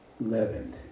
leavened